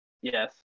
Yes